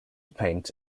paint